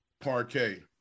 parquet